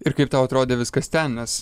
ir kaip tau atrodė viskas ten nes